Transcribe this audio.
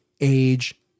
age